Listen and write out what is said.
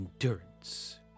endurance